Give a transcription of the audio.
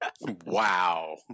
Wow